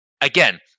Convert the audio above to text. again